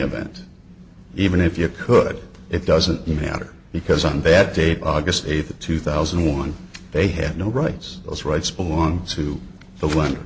event even if you could it doesn't matter because one bad day august eighth two thousand and one they have no rights those rights belong to the one